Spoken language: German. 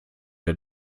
der